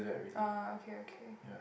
ah okay okay